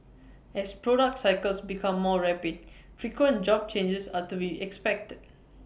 as products cycles become more rapid frequent job changes are to be expected